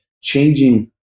changing